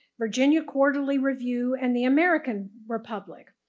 virginia quarterly review, and the american republic.